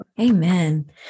Amen